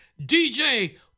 DJ